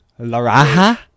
laraha